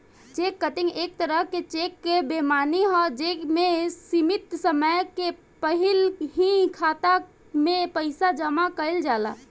check cutting एक तरह के चेक बेईमानी ह जे में सीमित समय के पहिल ही खाता में पइसा जामा कइल जाला